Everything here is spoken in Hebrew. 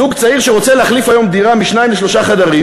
זוג צעיר שרוצה היום להחליף דירה ולעבור משניים לשלושה חדרים,